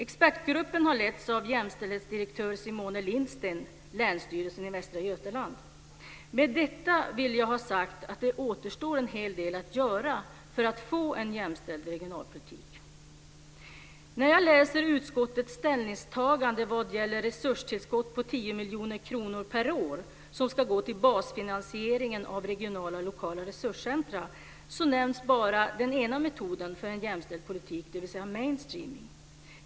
Expertgruppen har letts av jämställdhetsdirektör Med detta vill jag ha sagt att det återstår en hel del att göra för att få en jämställd regionalpolitik. När jag läser utskottets ställningstagande vad gäller resurstillskott på 10 miljoner kronor per år som ska gå till basfinansieringen av regionala och lokala resurscentrum nämns bara den ena metoden för en jämställd politik, dvs. mainstreaming.